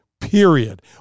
period